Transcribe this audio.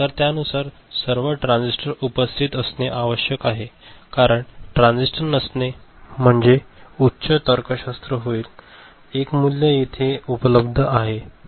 तर त्यानुसार सर्व ट्रान्झिस्टर उपस्थित असणे आवश्यक आहे कारण ट्रान्झिस्टर नसणे म्हणजे उच्च तर्कशास्त्र होईल एक मूल्य येथे उपलब्ध आहे